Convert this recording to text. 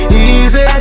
easy